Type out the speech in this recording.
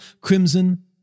crimson